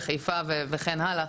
בחיפה וכן הלאה,